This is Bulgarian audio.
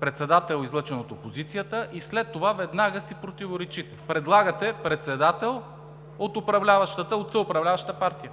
председател, излъчен от опозицията, и след това веднага си противоречите. Предлагате председател от съуправляваща партия.